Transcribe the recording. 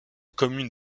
commune